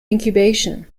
incubation